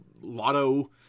lotto